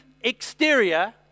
exterior